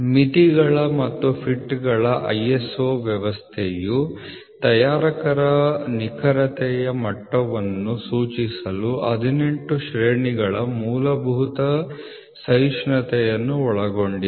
ಮಿತಿಗಳ ಮತ್ತು ಫಿಟ್ಗಳ ISO ವ್ಯವಸ್ಥೆಯು ತಯಾರಕರ ನಿಖರತೆಯ ಮಟ್ಟವನ್ನು ಸೂಚಿಸಲು 18 ಶ್ರೇಣಿಗಳ ಮೂಲಭೂತ ಸಹಿಷ್ಣುತೆಯನ್ನು ಒಳಗೊಂಡಿದೆ